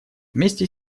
вместе